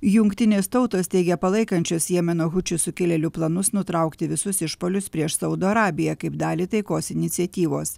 jungtinės tautos teigia palaikančios jemeno hučių sukilėlių planus nutraukti visus išpuolius prieš saudo arabiją kaip dalį taikos iniciatyvos